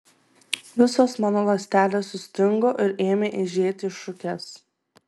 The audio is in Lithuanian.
visos mano ląstelės sustingo ir ėmė eižėti į šukes